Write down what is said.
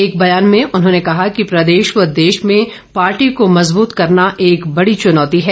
एक बयान में उन्होंने कहा कि प्रदेश व देश में पार्टी को मजबूत करना एक बड़ी चुनौती है